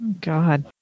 God